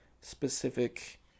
specific